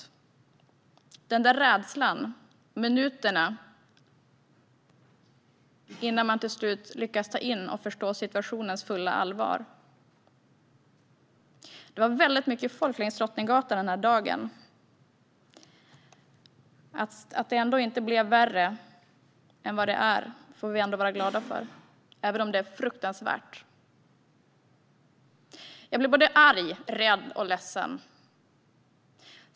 Sådan är rädslan under minuterna innan man till slut lyckas ta in och förstå situationens fulla allvar. Det var väldigt mycket folk längs Drottninggatan den dagen. Vi får vara glada för att det inte blev ännu värre, även om det som hände är fruktansvärt. Jag blir arg, rädd och ledsen.